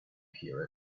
hear